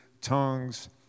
tongues